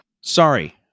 Sorry